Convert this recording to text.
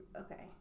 okay